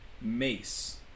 mace